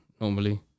normally